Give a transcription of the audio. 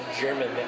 German